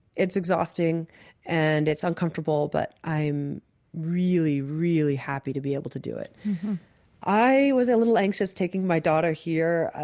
it's exhausting and it's uncomfortable, but i'm really, really happy to be able to do it i was a little anxious taking my daughter here.